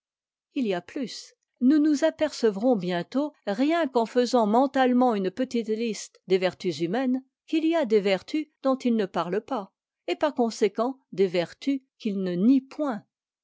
il y a plus nous nous apercevrons bientôt rien qu'en faisant mentalement une petite liste des vertus humaines qu'il y a des vertus dont il ne parle pas et par conséquent des vertus qu'il ne nie point